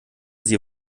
sie